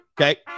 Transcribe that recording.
Okay